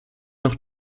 noch